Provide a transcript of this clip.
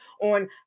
on